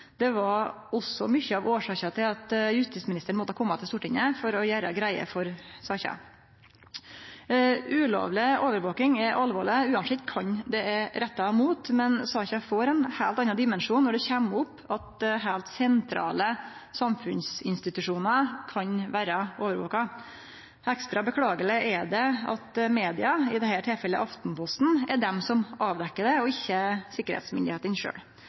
Det var også mykje av årsaka til at justisministeren måtte kome til Stortinget for å gjere greie for saka. Ulovleg overvaking er alvorleg uansett kven det er retta mot, men saka får ein heilt annan dimensjon når det kjem opp at heilt sentrale samfunnsinstitusjonar kan vere overvakte. Ekstra beklageleg er det at media, i dette tilfellet Aftenposten, er dei som avekkjer det, og ikkje sikkerheitmyndigheitene sjølve. Ei sentral oppgåve for dei er